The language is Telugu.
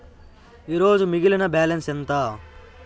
ఈరోజు మిగిలిన బ్యాలెన్స్ ఎంత?